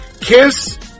Kiss